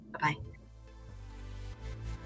Bye-bye